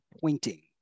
pointing